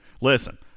Listen